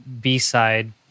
B-side